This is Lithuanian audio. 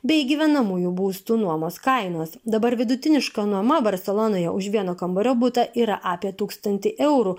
bei gyvenamųjų būstų nuomos kainos dabar vidutiniška nuoma barselonoje už vieno kambario butą yra apie tūkstantį eurų